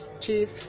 chief